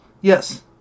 Yes